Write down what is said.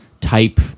type